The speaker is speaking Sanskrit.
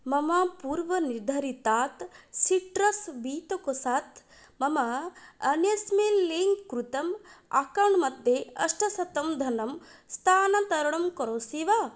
मम पूर्वनिर्धारितात् सिट्रस् वित्तकोषात् मम अन्यस्मिन् लिङ्क् कृतम् अकौण्ट् मध्ये अष्टशतं धनं स्थानान्तरणं करोषि वा